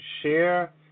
share